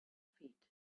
feet